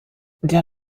der